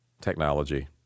technology